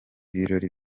birori